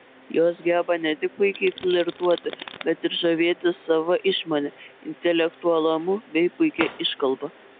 jos geba ne tik puikiai flirtuoti bet ir žavėti sava išmone intelektualumu bei puikia iškalba